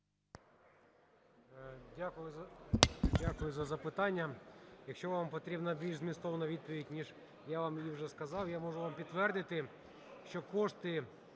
Дякую за запитання. Якщо вам потрібна більш змістовна відповідь, ніж я вам її вже сказав, я можу вам підтвердити, що кошти,